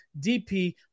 DP